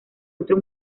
otro